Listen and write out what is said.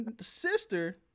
sister